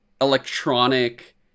electronic